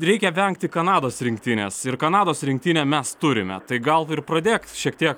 reikia vengti kanados rinktinės ir kanados rinktinę mes turime tai gal ir pradėk šiek tiek